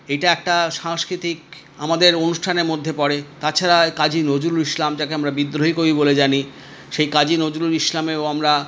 এইটা একটা সাংস্কৃতিক আমাদের অনুষ্ঠানের মধ্যে পড়ে তাছাড়া কাজী নজরুল ইসলাম যাকে আমরা বিদ্রোহী কবি বলে জানি সেই কাজী নজরুল ইসলামেও আমরা